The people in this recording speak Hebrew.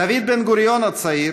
דוד בן-גוריון הצעיר,